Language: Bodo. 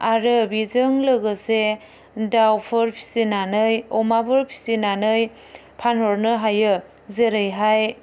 आरो बेजों लोगोसे दाउफोर फिसिनानै अमाफोर फिसिनानै फानहरनो हायो जेरैहाय